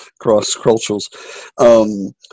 cross-cultures